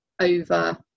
over